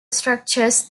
structures